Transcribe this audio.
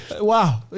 Wow